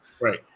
right